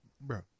bro